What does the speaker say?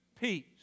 peace